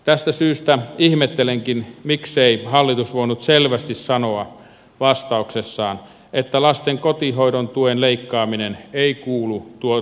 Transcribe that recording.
tästä syystä ihmettelenkin miksei hallitus voinut selvästi sanoa vastauksessaan että lasten kotihoidon tuen leikkaaminen ei kuulu keinovalikoimiimme